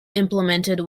implemented